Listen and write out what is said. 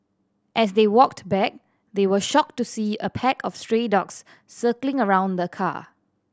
as they walked back they were shocked to see a pack of stray dogs circling around the car